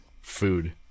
food